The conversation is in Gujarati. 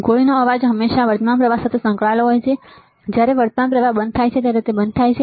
ગોળીનો અવાજ હંમેશા વર્તમાન પ્રવાહ સાથે સંકળાયેલો હોય છે અને જ્યારે વર્તમાન પ્રવાહ બંધ થાય છે ત્યારે તે બંધ થાય છે